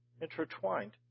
intertwined